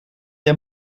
der